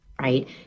Right